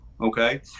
Okay